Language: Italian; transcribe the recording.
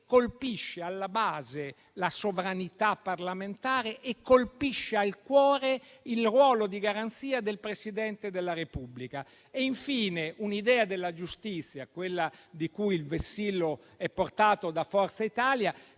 colpisce alla base la sovranità parlamentare e colpisce al cuore il ruolo di garanzia del Presidente della Repubblica e, infine, un'idea della giustizia, quella il cui vessillo è portato da Forza Italia,